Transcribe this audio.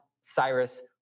Cyrus